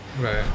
Right